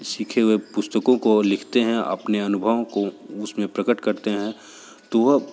सीखे हुए पुस्तकों को लिखते हैं अपने अनुभवों को उस में प्रकट करते हैं तो वह